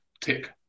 tick